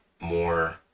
more